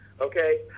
Okay